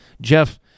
Jeff